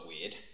weird